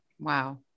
wow